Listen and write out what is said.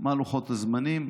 מה לוחות הזמנים,